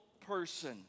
person